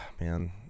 Man